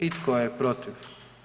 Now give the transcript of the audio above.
I tko je protiv?